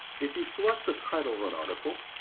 if you select the title of an article,